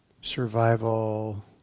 survival